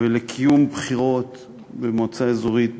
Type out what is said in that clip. ולקיום בחירות במועצה האזורית בוסתאן-אלמרג'.